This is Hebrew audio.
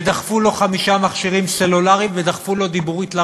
ודחפו לו חמישה מכשירים סלולריים ודחפו לו דיבורית לרכב.